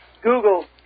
Google